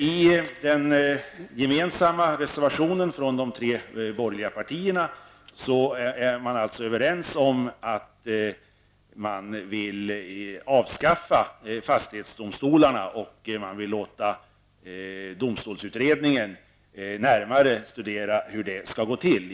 I den gemensamma reservationen från de tre borgerliga partierna är man överens om att avskaffa fastighetsdomstolarna och att låta domstolsutredningen närmare studera hur det skall gå till.